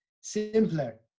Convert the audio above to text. Simpler